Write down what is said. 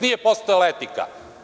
Nije postojala etika.